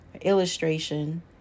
illustration